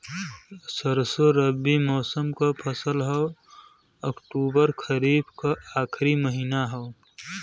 सरसो रबी मौसम क फसल हव अक्टूबर खरीफ क आखिर महीना हव